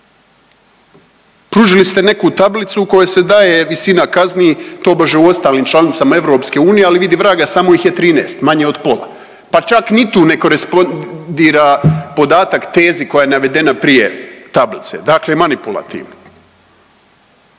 Pružili ste neku tablicu u kojoj se daje visina kazni tobože u ostalim članicama EU, ali vidi vraga samo ih je 13, manje od pola, pa čak ni tu ne korespondira podatak tezi koja je navedena prije tablice, dakle manipulativno.